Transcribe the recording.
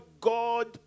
God